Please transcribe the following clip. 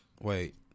wait